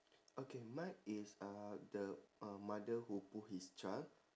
okay mine is uh the uh mother who pull his child